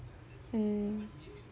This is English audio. mm